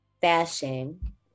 Fashion